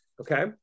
okay